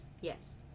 Yes